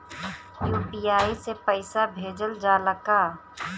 UPI से पईसा भेजल जाला का?